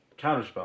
Counterspell